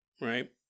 right